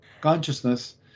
consciousness